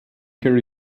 care